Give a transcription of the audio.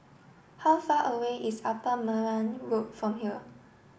how far away is Upper Neram Road from here